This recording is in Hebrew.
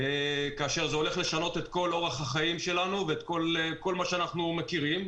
זה הולך לשנות את כל אורח החיים שלנו ואת כל מה שאנחנו מכירים.